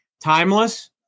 timeless